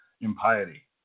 impiety